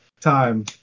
time